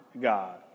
God